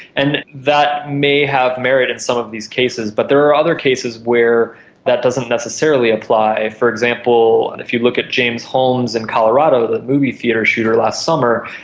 and that may have merit in some of these cases. but there are other cases where that doesn't necessarily apply. for example, and if you look at james holmes in colorado, the movie theatre shooter last summer,